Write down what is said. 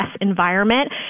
environment